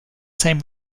same